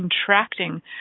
contracting